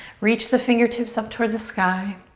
reach the fingertips up towards the sky.